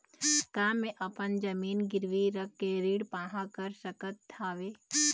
का मैं अपन जमीन गिरवी रख के ऋण पाहां कर सकत हावे?